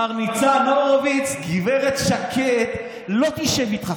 מר ניצן הורוביץ, גברת שקד לא תשב איתך.